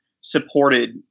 supported